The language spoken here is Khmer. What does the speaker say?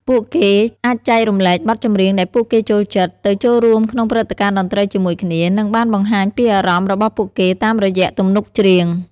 ពួកគេអាចចែករំលែកបទចម្រៀងដែលពួកគេចូលចិត្ត ទៅចូលរួមក្នុងព្រឹត្តិការណ៍តន្ត្រីជាមួយគ្នា និងបានបង្ហាញពីអារម្មណ៍របស់ពួកគេតាមរយៈទំនុកច្រៀង។